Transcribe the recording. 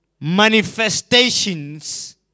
manifestations